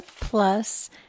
plus